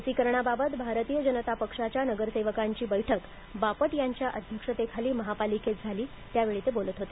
लसीकरणाबाबत भारतीय जनता पक्षाच्या नगरसेवकांची बैठक बापट यांच्या अध्यक्षतेखाली महापालिकेत झाली त्यावेळी ते बोलत होते